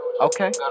Okay